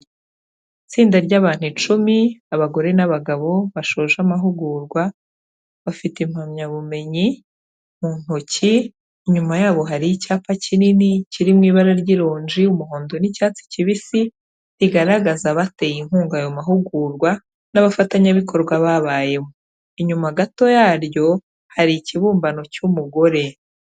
Itsinda ry'abantu icumi, abagore n'abagabo, bashoje amahugurwa, bafite impamyabumenyi mu ntoki, inyuma yabo hari icyapa kinini, kirimo ibara ry'ironji umuhondo n'icyatsi kibisi, bigaragaza abateye inkunga ayo mahugurwa, n'abafatanyabikorwa babayemo. Inyuma gato yaryo, hari ikibumbano cy'umugore.